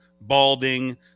balding